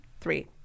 three